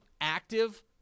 active